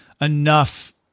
enough